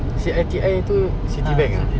C I T I tu Citibank ah